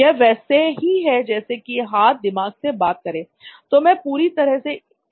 यह वैसे ही है जैसे कि हाथ दिमाग से बात करे तो मैं पूरी तरह से इस बात में तुमसे सहमत हूं